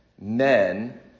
men